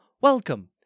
welcome